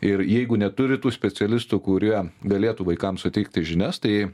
ir jeigu neturi tų specialistų kurie galėtų vaikams suteikti žinias tai